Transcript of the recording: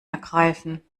ergreifen